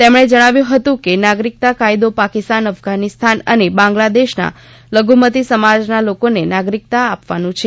તેમણે જણાવ્યુ હતું કે નાગરિકતા કાયદો પાકિસ્તાન અફધાનિસ્તાન અને બાંગ્લાદેશના લધુમતિ સમાજના લોકોને નાગરીકતા આપવાનું છે